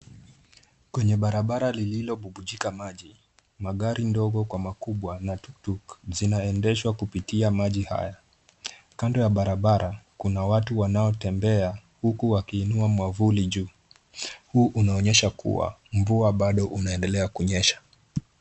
Kwenye barabara iliyobubujika maji, magari madogo kwa makubwa na tuktuk zinaendeshwa kupitia maji haya. Kando ya barabara kuna watu wanaotembea huku wakiinua mwavuli juu. Hii inaonyesha kuwa mvua bado inaendelea kunyesha.